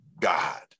God